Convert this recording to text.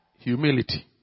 Humility